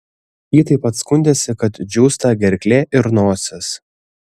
ji taip pat skundėsi kad džiūsta gerklė ir nosis